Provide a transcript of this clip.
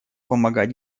помогать